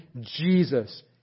Jesus